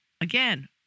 again